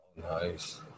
Nice